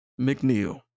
McNeil